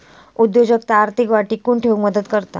उद्योजकता आर्थिक वाढ टिकवून ठेउक मदत करता